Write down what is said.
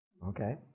Okay